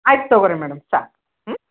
ಆಯ್ತು ತಗೋರಿ ಮೇಡಮ್ ಸಾಕು ಹ್ಞೂ